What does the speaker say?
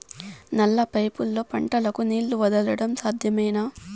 నల్ల పైపుల్లో పంటలకు నీళ్లు వదలడం సాధ్యమేనా?